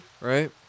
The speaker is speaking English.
right